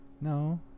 No